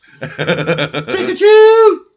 Pikachu